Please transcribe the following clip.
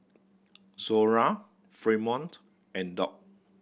Zora Fremont and Doc